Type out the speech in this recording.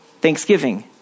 thanksgiving